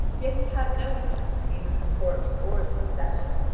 yet he had no interest in either the corpse or the procession,